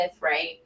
right